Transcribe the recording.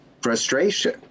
frustration